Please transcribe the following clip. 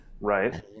right